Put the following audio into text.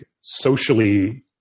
socially